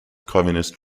communist